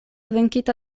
venkita